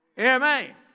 Amen